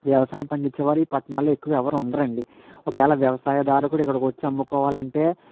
వ్యవసాయం పండించే వారు ఈ పట్నాల్లో ఎక్కువ ఎవరు ఉండరండి ఒకేలా వ్యవసాయ దారకుడు ఇక్కడకు వచ్చి అమ్ముకోవాలంటే